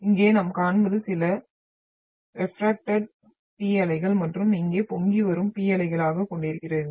இங்கே நாம் காண்பது சில ரெப்ரக்டட் P அலைகள் மற்றும் இங்கே பொங்கி வரும் P அலைகளைக் கொண்டிருக்கிறீர்கள்